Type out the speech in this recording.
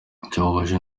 ikibabaje